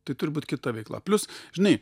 tai turi būt kita veikla plius žinai